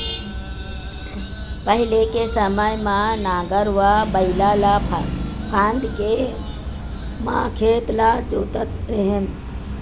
पहिली के समे म नांगर म बइला ल फांद के म खेत ल जोतत रेहेन